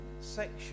section